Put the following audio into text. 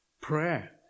Prayer